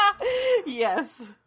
Yes